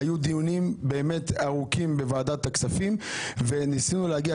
היו דיונים ארוכים בוועדת כספים בהם ניסינו להגיע